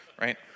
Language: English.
right